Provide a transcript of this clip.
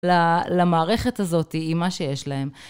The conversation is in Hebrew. למערכת הזאת היא מה שיש להן.